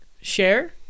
share